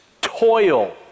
toil